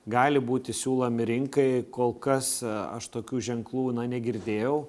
gali būti siūlomi rinkai kol kas aš tokių ženklų na negirdėjau